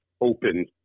open